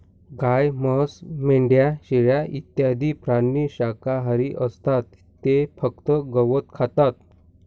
गाय, म्हैस, मेंढ्या, शेळ्या इत्यादी प्राणी शाकाहारी असतात ते फक्त गवत खातात